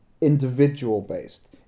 individual-based